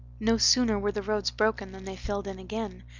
no sooner were the roads broken than they filled in again.